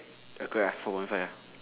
okay lah four point five lah